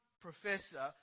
professor